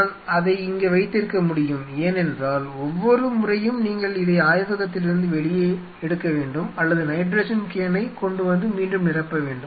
நான் அதை இங்கே வைத்திருக்க முடியும் ஏனென்றால் ஒவ்வொரு முறையும் நீங்கள் இதை ஆய்வகத்திலிருந்து வெளியே எடுக்க வேண்டும் அல்லது நைட்ரஜன் கேனைக் கொண்டு வந்து மீண்டும் நிரப்ப வேண்டும்